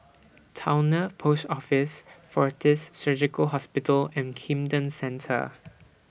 Towner Post Office Fortis Surgical Hospital and Camden Centre